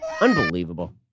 Unbelievable